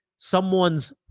someone's